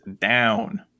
down